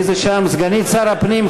סגנית שר הפנים,